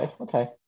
Okay